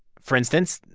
for instance,